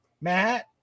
Matt